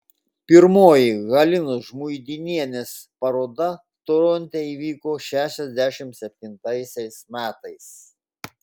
pirmoji halinos žmuidzinienės paroda toronte įvyko šešiasdešimt septintaisiais metais